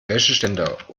wäscheständer